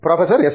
professor S